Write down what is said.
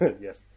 Yes